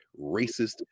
racist